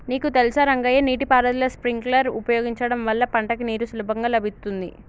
నీకు తెలుసా రంగయ్య నీటి పారుదల స్ప్రింక్లర్ ఉపయోగించడం వల్ల పంటకి నీరు సులభంగా లభిత్తుంది